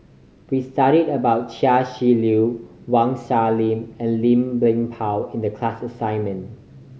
we studied about Chia Shi Lu Wang Sha and Lim Chuan Poh in the class assignment